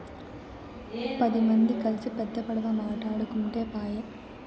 పది మంది కల్సి పెద్ద పడవ మాటాడుకుంటే పాయె